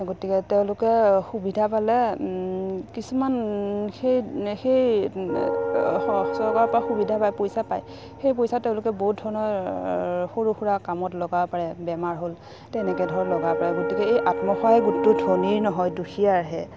গতিকে তেওঁলোকে সুবিধা পালে কিছুমান সেই সেই চৰকাৰৰপৰা সুবিধা পায় পইচা পায় সেই পইচা তেওঁলোকে বহুত ধৰণৰ সৰু সুৰা কামত লগাব পাৰে বেমাৰ হ'ল তেনেকৈ ধৰক লগাব পাৰে গতিকে এই আত্মসায়ক গোটটো ধনীৰ নহয় দুখীয়াৰহে